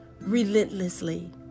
relentlessly